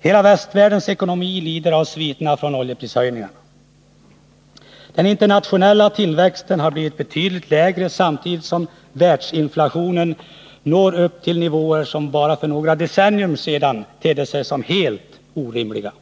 Hela västvärldens ekonomi lider av sviterna från oljeprishöjningarna. Den internationella tillväxten har blivit betydligt lägre, samtidigt som världsinflationen når upp till nivåer som bara för några decennier sedan tedde sig som helt orimliga.